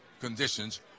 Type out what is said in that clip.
conditions